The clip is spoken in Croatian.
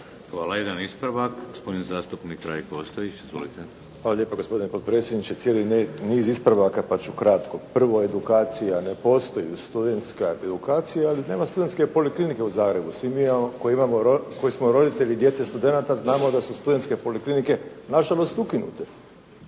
Hvala. Jedan ispravak. Gospodin zastupnik Ranko Ostojić. Izvolite. **Ostojić, Ranko (SDP)** Hvala lijepo gospodine potpredsjedniče. Cijeli je niz ispravaka pa ću kratko. Prvo, edukacija ne postoji, studentska edukacija, ali nema studentske poliklinike u Zagrebu. Svi mi koji imamo, koji smo roditelji djece studenata znamo da su studentske poliklinike nažalost ukinute.